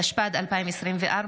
התשפ"ד 2024,